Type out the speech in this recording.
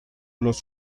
los